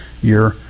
year